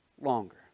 longer